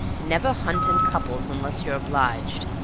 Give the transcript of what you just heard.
never hunt in couples unless you're obliged.